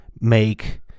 make